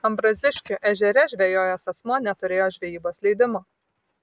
ambraziškių ežere žvejojęs asmuo neturėjo žvejybos leidimo